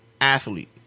athlete